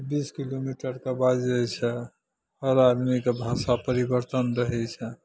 बीस किलोमीटरके बाद जे छै हर आदमी के भाषा परिवर्तन रहै छै